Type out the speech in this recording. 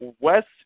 West